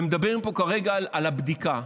מדברים פה כרגע על הבדיקה.